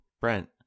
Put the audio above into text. Brent